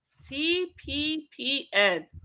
TPPN